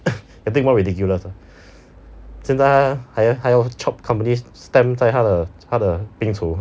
I think more ridiculous ah 现在他还还要 chop companies stamp 在他的他的冰厨